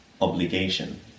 obligation